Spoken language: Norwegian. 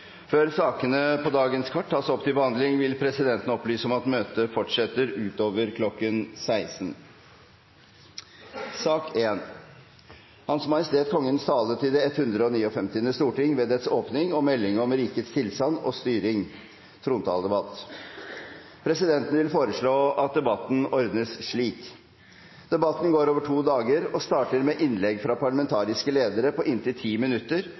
Før sakene på dagens kart tas opp til behandling, vil presidenten opplyse om at møtet fortsetter utover kl. 16.00. Presidenten vil foreslå at debatten ordnes slik: Debatten går over to dager og starter med innlegg fra parlamentariske ledere på inntil 10 minutter